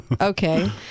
okay